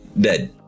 dead